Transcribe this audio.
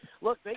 Look